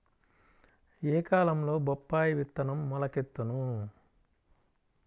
ఏ కాలంలో బొప్పాయి విత్తనం మొలకెత్తును?